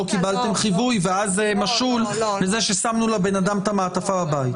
קיבלתם חיווי ואז זה משול לכך ששמנו לבן אדם את המעטפה בבית.